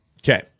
Okay